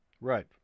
right